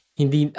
hindi